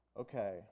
Okay